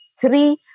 Three